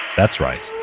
that's right,